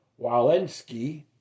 Walensky